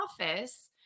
office